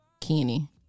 Kenny